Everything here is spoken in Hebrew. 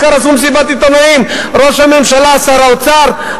העיקר עשו מסיבת עיתונאים, ראש הממשלה, שר האוצר.